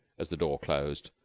as the door closed.